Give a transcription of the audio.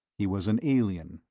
he was an alien,